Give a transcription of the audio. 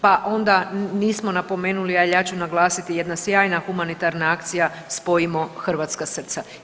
Pa onda nismo napomenuli ali ja ću naglasiti jedna sjajna humanitarna akcija Spojimo hrvatska srca.